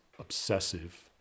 obsessive